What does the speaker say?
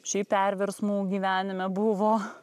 šiaip perversmų gyvenime buvo